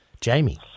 Jamie